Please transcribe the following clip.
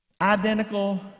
identical